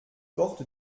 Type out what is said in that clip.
porte